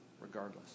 regardless